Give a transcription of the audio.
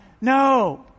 no